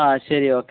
ആ ശരി ഓക്കേ